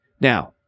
Now